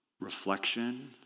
reflection